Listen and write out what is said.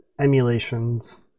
emulations